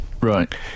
Right